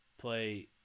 play –